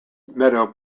meadow